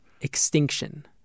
Extinction